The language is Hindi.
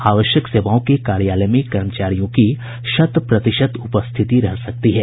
आवश्यक सेवाओं के कार्यालय में कर्मचारियों की शत प्रतिशत उपस्थिति रह सकती है